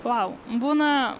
vau būna